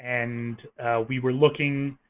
and we were looking